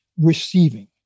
receiving